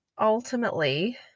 ultimately